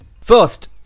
First